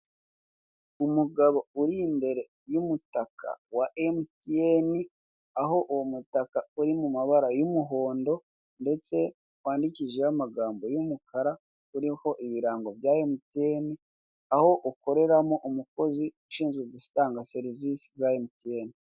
Umugabo uri imbere y'umutaka wa emutiyeni aho uwo mutaka uri mu mabara y'umuhondo ndetse wandikishijeho amagambo y'umukara, uriho ibirango bya emutiyeni aho ukoreramo umukozi ushinzwe gutanga serivise za emutiyeni.